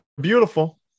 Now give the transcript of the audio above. beautiful